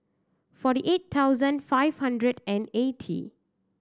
forty eight thousand five hundred and eighty